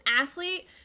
athlete